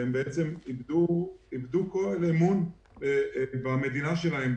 והם בעצם איבדו כל אמון במדינה שלהם,